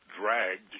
dragged